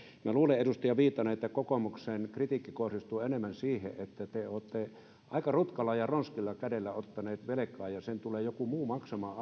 minä luulen edustaja viitanen että kokoomuksen kritiikki kohdistuu enemmän siihen että te olette aika rutkalla ja ronskilla kädellä ottaneet velkaa ja sen tulee joku muu maksamaan